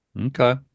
Okay